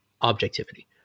objectivity